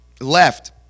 left